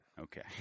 Okay